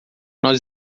nós